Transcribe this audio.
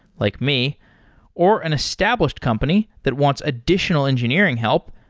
like me or an established company that wants additional engineering help,